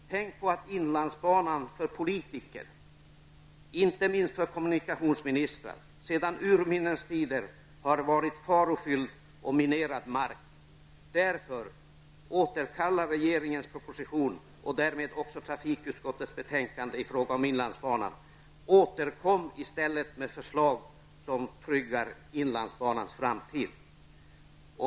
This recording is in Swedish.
Tänk på att inlandsbanan för politiker -- inte minst för kommunikationsministrar -- sedan urminnes tider har varit farofylld och minerad mark. Återkalla därför regeringens proposition och därmed också trafikutskottets betänkande i fråga om inlandsbanan! Återkom i stället med förslag som tryggar inlandsbanans framtid.